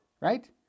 right